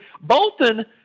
Bolton –